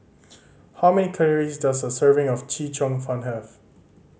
how many calories does a serving of Chee Cheong Fun have